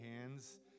hands